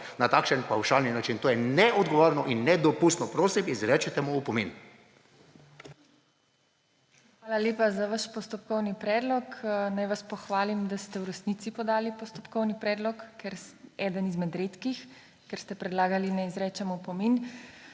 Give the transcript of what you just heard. na takšen pavšalen način. To je neodgovorno in nedopustno. Prosim, izrecite mu opomin. PODPREDSEDNICA TINA HEFERLE: Hvala lepa za vaš postopkovni predlog. Naj vas pohvalim, da ste v resnici podali postopkovni predlog, eden izmed redkih, ker ste predlagali, naj izrečem opomin.